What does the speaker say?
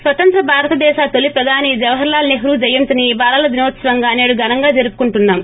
స్వతంత్ర భారతదేశ తొలి ప్రధాని జవహర్ లాల్ నెహ్రూ జయంతిని బాలల దినోత్సవంగా నేడు ఘనంగా జరుపుకుంటున్నాం